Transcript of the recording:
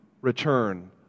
return